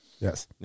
yes